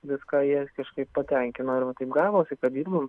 viską jie kažkaip patenkino ir va taip gavosi kad dirbam